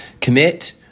commit